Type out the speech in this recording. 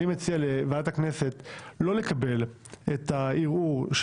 אני מציע לוועדת הכנסת לא לקבל את הערעור של